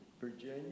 Virginia